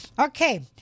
Okay